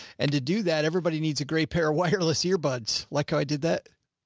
and to do that. everybody needs a great pair of wireless ear buds. like i did that.